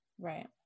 right